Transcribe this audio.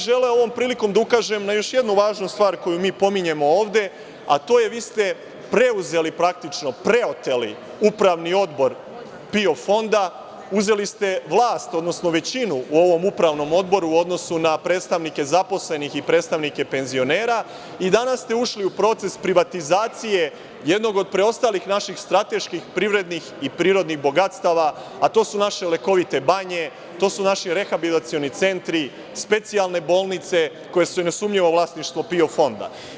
Želeo bih ovom prilikom da ukažem na još jednu važnu stvar koju mi pominjemo ovde, a to je da ste vi praktično preuzeli, preoteli Upravni odbor PIO fonda, uzeli ste vlast, odnosno većinu u ovom Upravnom odboru u odnosu na predstavnike zaposlenih i predstavnike penzionera i danas ste ušli u proces privatizacije jednog od preostalih naših strateških privrednih i prirodnih bogatstava, a to su naše lekovite banje, to su naši rehabilitacioni centri, specijalne bolnice, koje su nesumnjivo vlasništvo PIO fonda.